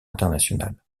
international